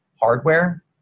hardware